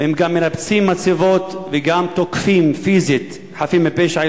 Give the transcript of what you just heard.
והם גם מנפצים מצבות וגם תוקפים פיזית חפים מפשע,